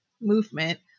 movement